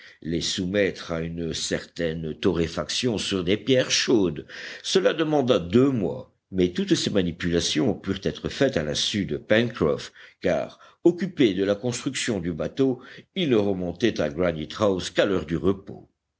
les soumettre à une certaine torréfaction sur des pierres chaudes cela demanda deux mois mais toutes ces manipulations purent être faites à l'insu de pencroff car occupé de la construction du bateau il ne remontait à granite house qu'à l'heure du repos